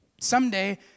someday